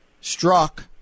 struck